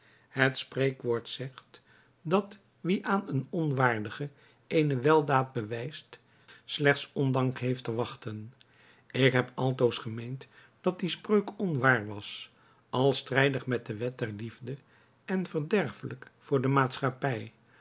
het spreekwoord zegt dat wie aan een onwaardige eene weldaad bewijst slechts ondank heeft te wachten ik heb altoos gemeend dat die spreuk onwaar was als strijdig met de wet der liefde en verderfelijk voor de maatschappij